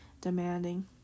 demanding